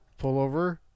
pullover